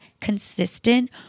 consistent